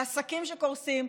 לעסקים שקורסים,